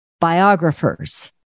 biographers